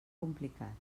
complicat